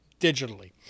digitally